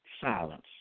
silence